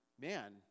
man